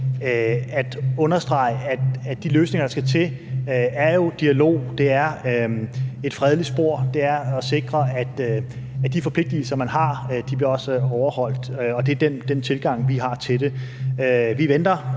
at understrege, at de løsninger, der skal til, jo er dialog. Det er et fredeligt spor. Det er at sikre, at de forpligtelser, man har, også bliver overholdt. Det er den tilgang, vi har til det. Vi venter